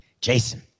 Jason